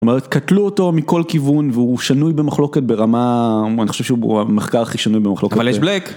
אומרת קטלו אותו מכל כיוון והוא שנוי במחלוקת ברמה אני חושב שהוא המחקר הכי שנוי במחלוקת. אבל יש בלק